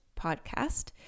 podcast